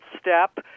step